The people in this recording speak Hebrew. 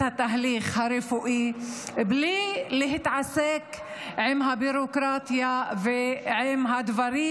התהליך הרפואי בלי להתעסק עם הביורוקרטיה ועם הדברים